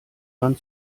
man